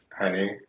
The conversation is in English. honey